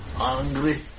angry